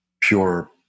pure